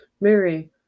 Mary